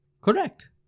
Correct